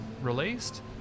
released